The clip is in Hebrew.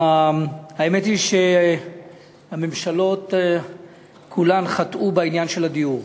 האמת היא שהממשלות כולן חטאו בעניין הדיור,